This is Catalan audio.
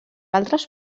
altres